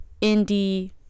indie